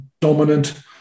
dominant